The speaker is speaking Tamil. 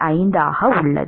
35 ஆக உள்ளது